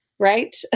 right